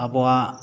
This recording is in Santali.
ᱟᱵᱚᱣᱟᱜ